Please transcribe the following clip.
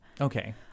Okay